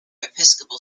episcopal